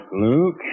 Luke